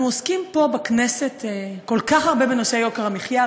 אנחנו עוסקים פה בכנסת כל כך הרבה בנושא יוקר המחיה.